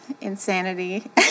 insanity